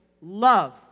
love